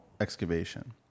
excavation